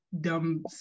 dumb